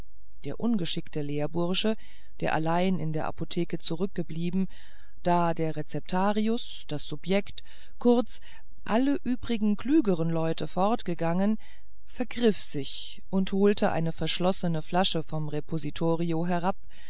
der ungeschickte lehrbursche der allein in der apotheke zurückgeblieben da der rezeptarius das subjekt kurz alle übrigen klügeren leute fortgegangen vergriff sich und holte eine verschlossene flasche vom repositorio herab